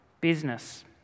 business